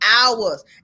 hours